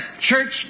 church